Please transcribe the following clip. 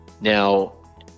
Now